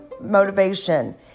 motivation